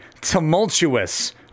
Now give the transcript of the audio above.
tumultuous